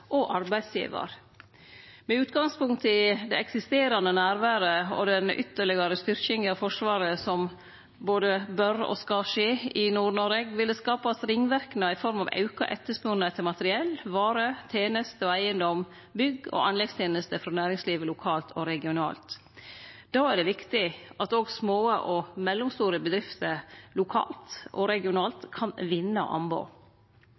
og arbeidsgivar. Med utgangspunkt i det eksisterande nærværet og den ytterlegare styrkinga av Forsvaret som både bør og skal skje i Nord-Noreg, vil det skapast ringverknader i form av auka etterspurnad etter materiell, varer og tenester og etter eigedom, bygg- og anleggstenester frå næringslivet lokalt og regionalt. Då er det viktig at òg små og mellomstore bedrifter lokalt og